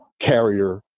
carrier